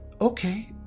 Okay